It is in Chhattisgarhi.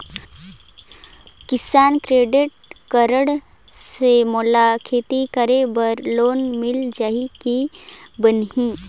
किसान क्रेडिट कारड से मोला खेती करे बर लोन मिल जाहि की बनही??